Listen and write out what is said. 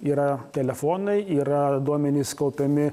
yra telefonai yra duomenys kaupiami